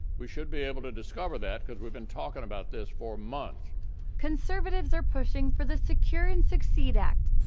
we should be able to discover that because we've been talking about this for months. reporter conservatives are pushing for the secure and succeed act,